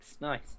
nice